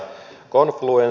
csc